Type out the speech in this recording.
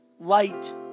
light